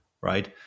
Right